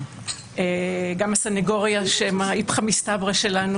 גם הסנגוריה שהם האפכא מסתברא שלנו